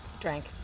Drank